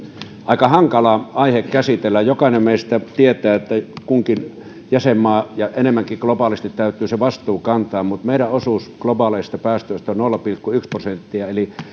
aika hankala aihe käsitellä jokainen meistä tietää että kunkin jäsenmaan ja enemmän globaalisti täytyy se vastuu kantaa mutta meidän osuutemme globaaleista päästöistä on nolla pilkku yksi prosenttia eli